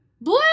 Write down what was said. Blue